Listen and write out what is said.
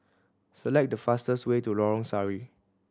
select the fastest way to Lorong Sari